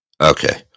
Okay